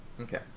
Okay